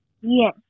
Yes